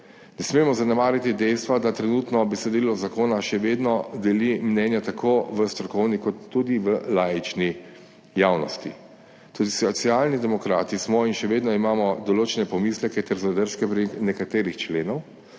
Ne smemo zanemariti dejstva, da trenutno besedilo zakona še vedno deli mnenja tako v strokovni kot tudi v laični javnosti. Tudi Socialni demokrati smo in še vedno imamo določene pomisleke ter zadržke pri nekaterih členih,